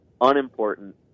unimportant